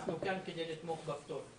אנחנו כאן כדי לתמוך בפטור.